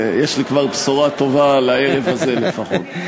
יש לי כבר בשורה טובה לערב הזה לפחות.